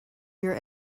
your